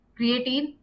creatine